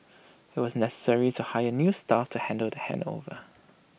IT was necessary to hire new staff to handle the handover